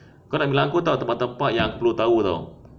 kau nak bilang aku [tau] tempat-tempat yang perlu tahu [tau]